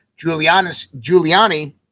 Giuliani